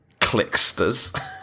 Clicksters